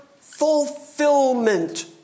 fulfillment